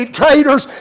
traitors